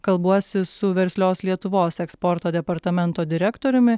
kalbuosi su verslios lietuvos eksporto departamento direktoriumi